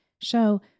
show